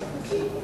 נתקבל.